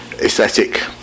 aesthetic